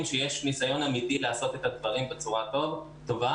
שיש ניסיון אמיתי לעשות את הדברים בצורה טובה,